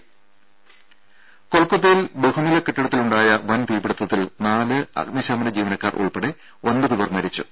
ദേദ കൊൽക്കത്തയിൽ ബഹുനില കെട്ടിടത്തിലുണ്ടായ വൻ തീപിടിത്തത്തിൽ നാല് അഗ്നിശമന ജീവനക്കാർ ഉൾപ്പെടെ ഒൻപത് പേർ മരിച്ചു